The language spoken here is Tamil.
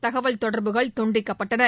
தகவல் தொடர்புகள் துண்டிக்கப்பட்டன